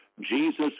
Jesus